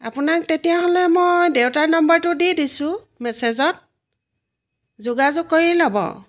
আপোনাক তেতিয়াহ'লে মই দেউতাৰ নম্বৰটো দি দিছোঁ মেছেজত যোগাযোগ কৰি ল'ব